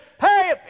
hey